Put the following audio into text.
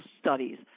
studies